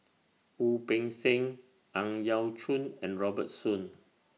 Wu Peng Seng Ang Yau Choon and Robert Soon